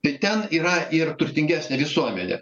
tai ten yra ir turtingesnė visuomenė